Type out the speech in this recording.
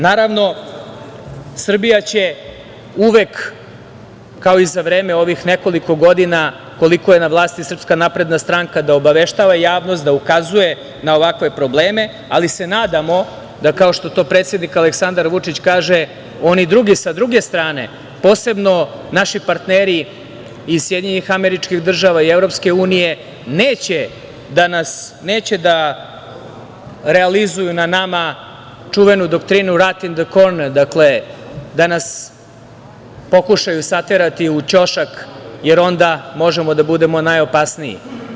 Naravno, Srbija će uvek kao i za vreme ovih nekoliko godina koliko je na vlasti SNS da obaveštava javnost, da ukazuje na ovakve probleme, ali se nadamo da kao što to predsednik Aleksandar Vučić kaže – oni drugi, sa druge strane posebno naši partneri iz SAD i Evropske unije neće da realizuju na nama čuvenu doktrinu „rat in de korner“ dakle, da nas pokušaju saterati u ćošak, jer onda možemo da budemo najopasniji.